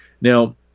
Now